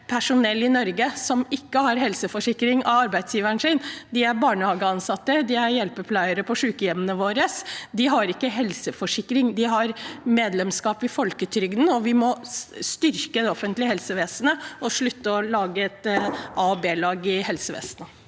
personell i Norge som ikke får helseforsikring av arbeidsgiveren sin. De er barnehageansatte, og de er hjelpepleiere på sykehjemmene våre. De har ikke helseforsikring, de har medlemskap i folketrygden. Vi må styrke det offentlige helsevesenet og slutte å lage et a- og b-lag i helsevesenet.